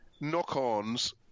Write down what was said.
knock-ons